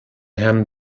herrn